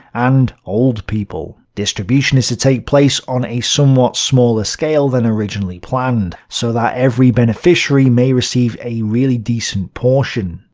and old people. distribution is to take place on a somewhat smaller scale than originally planned, so that every beneficiary may receive a really decent portion.